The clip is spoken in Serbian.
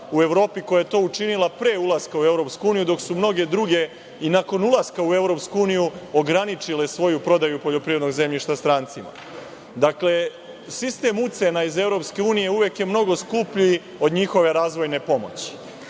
u Evropi koja je to učinila pre ulaska u EU, dok su mnoge druge i nakon ulaska EU ograničile svoju prodaju poljoprivrednog zemljišta strancima. Sistem ucena iz EU uvek je mnogo skuplji od njihove razvojne pomoći.